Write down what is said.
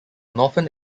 northern